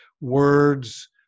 words